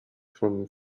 from